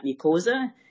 mucosa